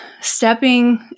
stepping